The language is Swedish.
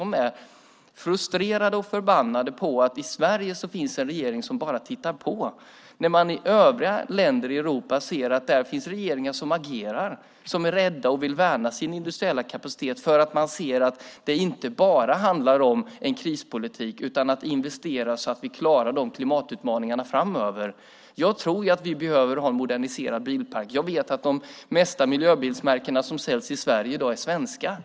De är frustrerade och förbannade på att det i Sverige finns en regering som bara tittar på när man i övriga länder i Europa ser att det där finns regeringar som agerar, som är rädda om och vill värna sin industriella kapacitet för att man ser att det inte bara handlar om en krispolitik utan om att investera så att vi klarar klimatutmaningarna framöver. Jag tror att vi behöver ha en moderniserad bilpark. Jag vet att de miljöbilsmärken som säljs mest i dag är svenska.